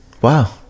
Wow